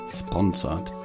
sponsored